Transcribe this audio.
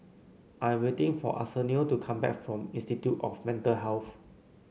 I am waiting for Arsenio to come back from Institute of Mental Health